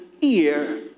ear